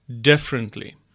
differently